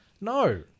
No